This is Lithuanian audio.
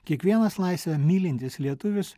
kiekvienas laisvę mylintis lietuvis